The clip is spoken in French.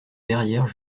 derrière